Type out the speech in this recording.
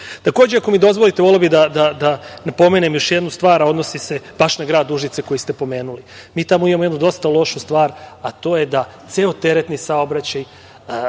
ako mi dozvolite, voleo bih da napomenem još jednu stvar, a odnosi se baš na grad Užice koji ste pomenuli. Mi tamo imamo jednu dosta lošu stvar, a to je da ceo teretni saobraćaj,